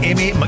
Amy